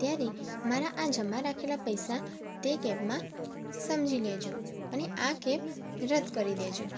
ત્યારે મારા આ જમા રાખેલા પૈસા તે કેબમાં સમજી લેજો અને આ કેબ રદ કરી દેજો